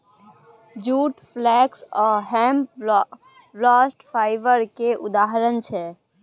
जुट, flax आ hemp bast fibre केर उदाहरण छै